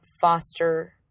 foster